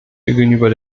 gegenüber